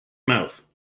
mouth